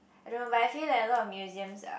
I don't know but I feel like a lot of museums are